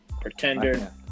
Pretender